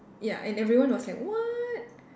ya and everyone was like what